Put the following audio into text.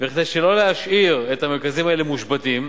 וכדי שלא להשאיר את המרכזים האלה מושבתים,